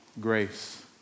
grace